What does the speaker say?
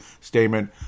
statement